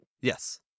Yes